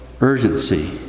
urgency